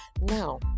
Now